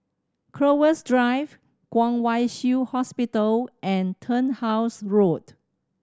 Crowhurst Drive Kwong Wai Shiu Hospital and Turnhouse Road